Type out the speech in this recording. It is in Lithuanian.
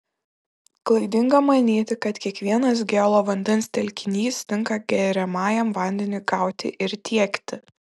klaidinga manyti kad kiekvienas gėlo vandens telkinys tinka geriamajam vandeniui gauti ir tiekti